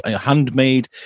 handmade